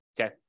okay